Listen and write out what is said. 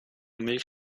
milch